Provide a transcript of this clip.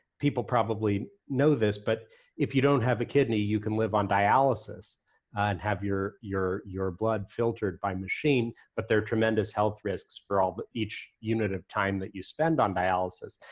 people probably know this, but if you don't have a kidney you can live on dialysis and have your your blood filtered by machine, but there are tremendous health risks for ah but each unit of time that you spend on dialysis.